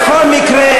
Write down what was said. בכל מקרה,